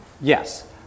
yes